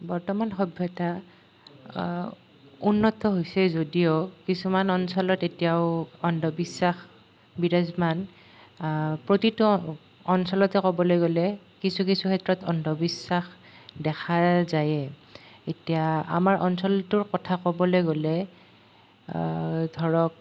বৰ্তমান সভ্যতা উন্নত হৈছে যদিও কিছুমান অঞ্চলত এতিয়াও অন্ধবিশ্বাস বিৰাজমান প্ৰতিটো অঞ্চলতে ক'বলৈ গ'লে কিছু কিছু ক্ষেত্ৰত অন্ধবিশ্বাস দেখা যায়েই এতিয়া আমাৰ অঞ্চলটোৰ কথা ক'বলৈ গ'লে ধৰক